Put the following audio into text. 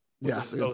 yes